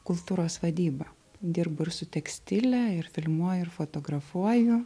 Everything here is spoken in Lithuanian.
kultūros vadybą dirbu ir su tekstile ir filmuoju ir fotografuoju